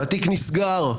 התיק נסגר.